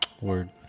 Word